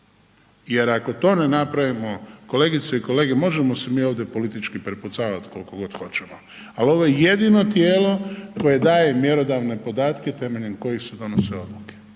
jer ako to ne napravimo kolegice i kolege možemo se mi ovdje politički prepucavat koliko god hoćemo, al ovo je jedino tijelo koje daje mjerodavne podatke temeljem kojih se donose odluke.